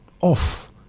off